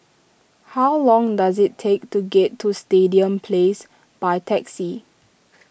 how long does it take to get to Stadium Place by taxi